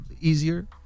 easier